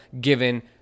given